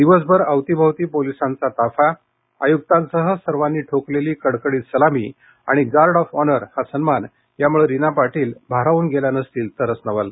दिवसभर अवतीभवती पोलिसांचा ताफा आयुक्तांसह सर्वांनी ठोकलेली कडकडीत सलामी आणि गार्ड ऑफ ऑनर हा सन्मान याम्ळे रीना पाटील या भारावून गेल्या नसतील तरच नवल